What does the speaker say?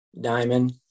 diamond